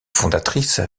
fondatrice